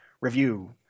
review